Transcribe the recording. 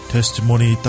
Testimony